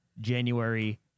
January